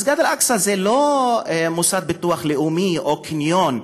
מסגד אל-אקצא זה לא המוסד לביטוח לאומי או קניון,